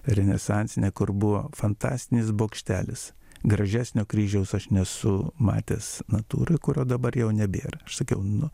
renesansinę kur buvo fantastinis bokštelis gražesnio kryžiaus aš nesu matęs natūroj kurio dabar jau nebėra aš sakiau nu